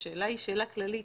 השאלה היא שאלה כללית,